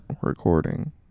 recording